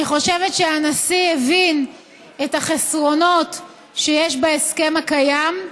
אני חושבת שהנשיא הבין את החסרונות שיש בהסכם הקיים,